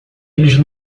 eles